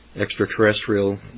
extraterrestrial